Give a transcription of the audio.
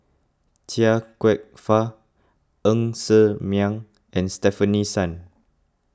Chia Kwek Fah Ng Ser Miang and Stefanie Sun